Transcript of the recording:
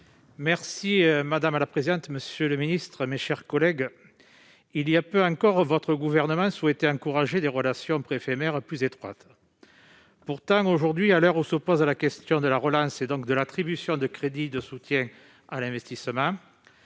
M. Laurent Burgoa. Monsieur le ministre, voilà peu de temps encore, votre gouvernement souhaitait encourager des relations préfet-maire plus étroites. Pourtant, aujourd'hui, à l'heure où se pose la question de la relance, donc de l'attribution des crédits de soutien à l'investissement,